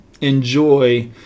enjoy